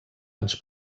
ens